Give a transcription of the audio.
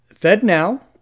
FedNow